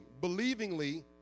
believingly